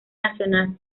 nacional